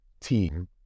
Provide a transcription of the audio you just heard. team